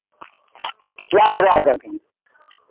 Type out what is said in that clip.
कए गोटे छथिन